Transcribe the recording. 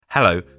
Hello